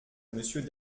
monsieur